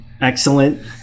excellent